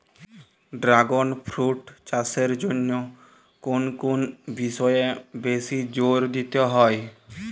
Dragon fruit চাষের জন্য কোন কোন বিষয়ে বেশি জোর দিতে হয়?